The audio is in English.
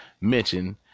mention